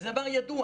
זה דבר ידוע.